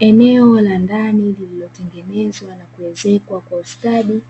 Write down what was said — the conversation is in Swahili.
Eneo la ndani lililotengenezwa na kuezekwa kwa ustadi